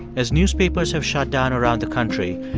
as newspapers have shut down around the country,